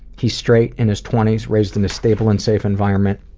he is straight, in his twenties, raised in a stable and safe environment.